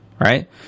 Right